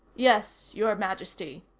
yes, your majesty,